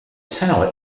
tower